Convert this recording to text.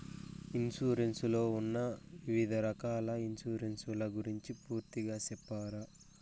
Insurance లో ఉన్న వివిధ రకాల ఇన్సూరెన్సు ల గురించి పూర్తిగా సెప్తారా?